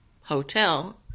hotel